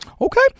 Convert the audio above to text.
Okay